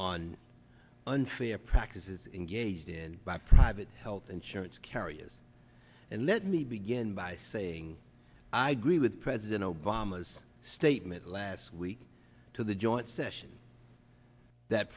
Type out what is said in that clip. on unfair practices engaged in by private health insurance carriers and let me begin by saying i agree with president obama's statement last week to the joint session that